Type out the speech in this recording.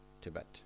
Tibet